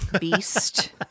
beast